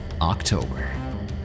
October